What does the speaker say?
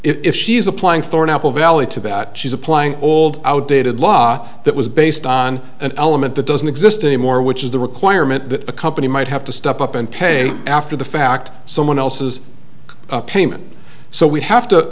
if she is applying for an apple valley to bat she's applying old outdated law that was based on an element that doesn't exist anymore which is the requirement that a company might have to step up and pay after the fact someone else's payment so we have to